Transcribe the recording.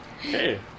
Hey